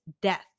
death